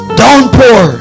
downpour